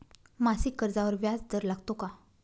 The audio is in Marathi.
मासिक कर्जावर व्याज दर लागतो का?